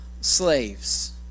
slaves